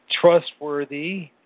trustworthy